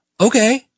Okay